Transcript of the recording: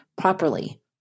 properly